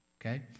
okay